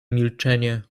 milczenie